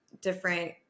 different